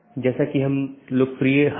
तो इस मामले में यह 14 की बात है